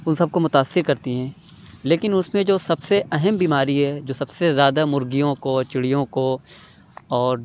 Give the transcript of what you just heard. اُن سب کو متأثر کرتی ہیں لیکن اُس میں جو سب سے اہم بیماری ہے جو سب سے زیادہ مرغیوں کو چڑیوں کو اور